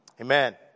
amen